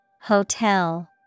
hotel